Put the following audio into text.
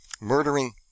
murdering